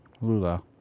Lula